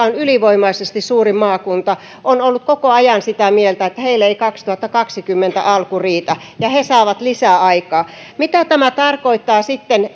on ylivoimaisesti suurin maakunta on ollut koko ajan sitä mieltä että heille ei vuoden kaksituhattakaksikymmentä alku riitä ja he saavat lisäaikaa mitä tämä sitten